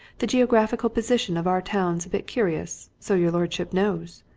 the geographical position of our town's a bit curious, so your lordship knows.